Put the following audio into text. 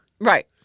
Right